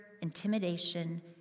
intimidation